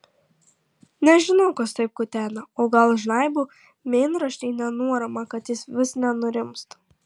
nežinau kas taip kutena o gal žnaibo mėnraštį nenuoramą kad jis vis nerimsta